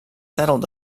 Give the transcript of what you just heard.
settled